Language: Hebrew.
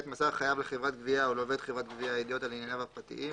מסר חייב לחברת גבייה או לעובד חברת גבייה ידיעות על ענייניו הפרטיים,